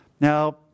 Now